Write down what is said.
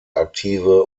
aktive